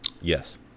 Yes